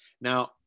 Now